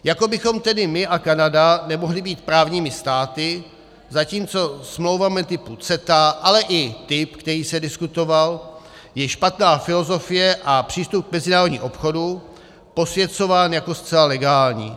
Jako bychom tedy my a Kanada nemohli být právními státy, zatímco smlouvami typu CETA, ale i typ, který se diskutoval, je špatná filozofie a přístup k mezinárodnímu obchodu posvěcován jako zcela legální.